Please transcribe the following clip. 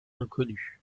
inconnue